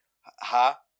ha